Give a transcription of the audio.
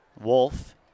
Wolf